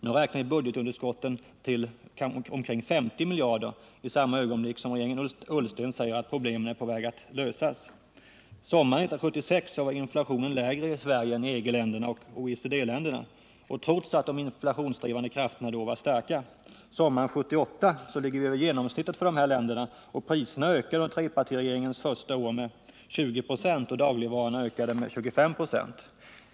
Nu räknas budgetunderskottet till omkring 50 miljarder, i samma ögonblick som regeringen Ullsten säger att problemen är på väg att lösas. Sommaren 1976 var inflationen lägre i Sverige än i EG och OECD-länderna trots att de inflationsdrivande krafterna då var starka. Sommaren 1978 ligger vi över genomsnittet för dessa länder. Priserna ökade under trepartiregeringens två första år med 20 96, på dagligvarorna med 25 246.